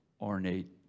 ornate